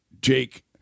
jake